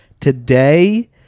today